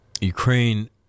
Ukraine